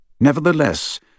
Nevertheless